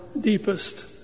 deepest